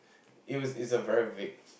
it was it's a very vague